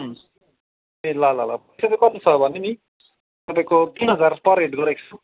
उम् ए ल ल ल पैसा चाहिँ कति छ भने नि तपाईँको तिन हजार पर हेड गरेको छु